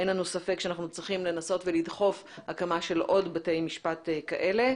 אין לנו ספק שאנחנו צריכים לנסות לדחוף הקמה של עוד בתי משפט כאלה.